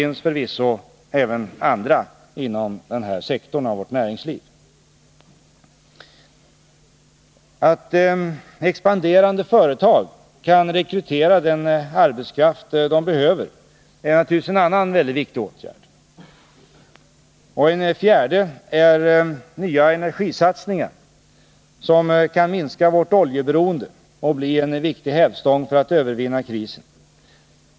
Det finns förvisso även andra. Till de nödvändiga åtgärder som nu måste sättas in hör också att se till att expanderande företag kan rekrytera den arbetskraft de behöver. Dessutom krävs nya energisatsningar, som kan minska vårt oljeberoende och bli en viktig hävstång för att övervinna krisen.